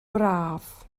braf